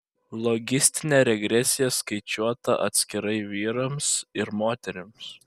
logistinė regresija skaičiuota atskirai vyrams ir moterims